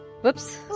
Whoops